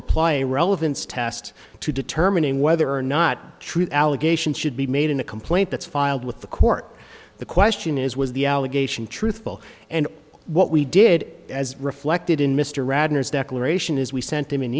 apply a relevance test to determining whether or not true allegations should be made in a complaint that's filed with the court the question is was the allegation truthful and what we did as reflected in mr radnor's declaration is we sent him an